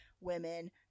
women